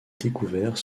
découvert